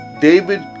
david